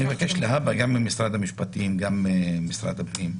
אני מבקש ממשרד המשפטים וגם ממשרד הפנים,